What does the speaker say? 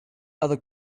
other